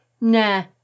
Nah